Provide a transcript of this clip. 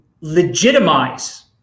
legitimize